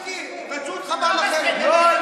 מיקי, חבל על, לא.